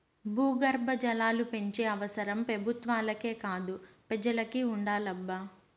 భూగర్భ జలాలు పెంచే అవసరం పెబుత్వాలకే కాదు పెజలకి ఉండాలబ్బా